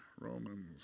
Romans